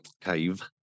cave